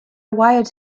wired